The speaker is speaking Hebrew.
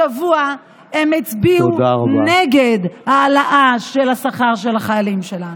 השבוע הם הצביעו נגד העלאה של השכר של החיילים שלנו.